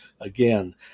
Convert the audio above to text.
again